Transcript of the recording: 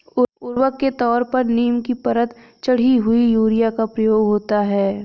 उर्वरक के तौर पर नीम की परत चढ़ी हुई यूरिया का प्रयोग होता है